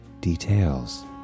details